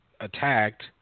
attacked